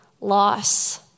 loss